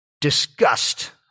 disgust